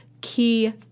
key